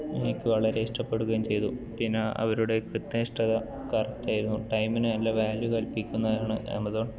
എനിക്ക് വളരെ ഇഷ്ടപ്പെടുകയും ചെയ്തു പിന്നെ അവരുടെ കൃത്യനിഷ്ഠത കറക്റ്റായിരുന്നു ടൈമിന് നല്ല വാല്യൂ കല്പിക്കുന്നതാണ് ആമസോൺ